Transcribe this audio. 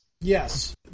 Yes